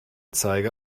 zeiger